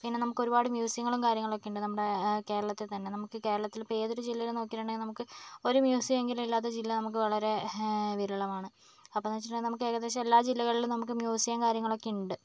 പിന്നെ നമുക്ക് ഒരുപാട് മ്യൂസിയങ്ങളും കാര്യങ്ങളും ഒക്കെയുണ്ട് നമ്മുടെ കേരളത്തിൽ തന്നെ നമുക്ക് കേരളത്തിൽ ഇപ്പം ഏതൊരു ജില്ലയിൽ നോക്കിയിട്ടുണ്ടെങ്കിൽ നമുക്ക് ഒരു മ്യൂസിയം എങ്കിലും ഇല്ലാത്ത ജില്ല നമുക്ക് വളരെ വിരളമാണ് അപ്പൊന്ന് വെച്ചിട്ടുണ്ടെങ്കിൽ നമുക്ക് ഏകദേശം എല്ലാ ജില്ലകളിലും നമുക്ക് മ്യൂസിയം കാര്യങ്ങളൊക്കെ ഉണ്ട്